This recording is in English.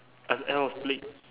as I was play~